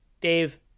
Dave